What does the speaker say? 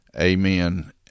amen